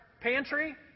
pantry